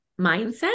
mindset